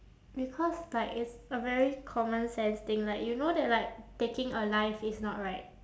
because like it's a very common sense thing like you know that like taking a life is not right